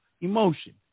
emotion